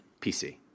PC